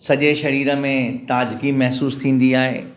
सॼे सरीर में ताज़गी महिसूसु थींदी आहे